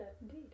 indeed